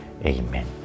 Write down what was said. Amen